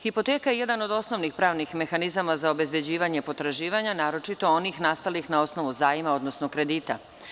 Hipoteka je jedna od osnovnih pravnih mehanizama za obezbeđivanje potraživanja, naročito onih nastalih na osnovu zajma, odnosno kredita.